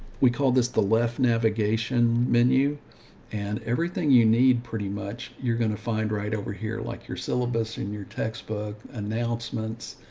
we call this the left navigation menu and everything you need pretty much, you're going to find right over here, like your syllabus and your textbook announcements.